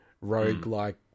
rogue-like